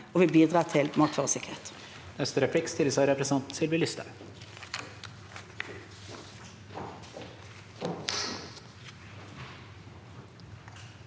og vil bidra til matvaresikkerhet.